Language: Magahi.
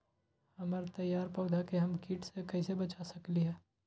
हमर तैयार पौधा के हम किट से कैसे बचा सकलि ह?